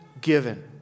given